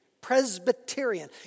Presbyterian